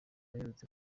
aherutse